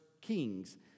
kings